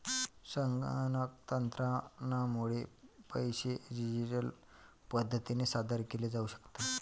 संगणक तंत्रज्ञानामुळे पैसे डिजिटल पद्धतीने सादर केले जाऊ शकतात